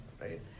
Right